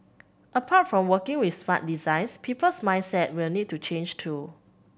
apart from working with smart designs people's mindsets will need to change too